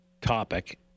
topic